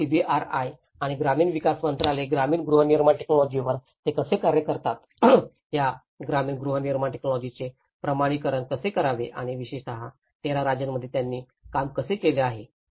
आणि CBRI आणि ग्रामीण विकास मंत्रालय ग्रामीण गृहनिर्माण टेक्नॉलॉजीावर ते कसे कार्य करतात या ग्रामीण गृहनिर्माण टेक्नॉलॉजीाचे प्रमाणिकरण कसे करावे आणि विशेषत 13 राज्यांमध्ये त्यांनी काम केले आहे